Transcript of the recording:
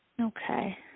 Okay